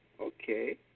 Okay